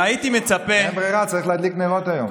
אין ברירה, צריך להדליק נרות היום.